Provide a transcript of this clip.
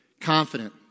Confident